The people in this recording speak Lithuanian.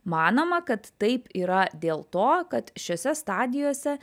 manoma kad taip yra dėl to kad šiose stadijose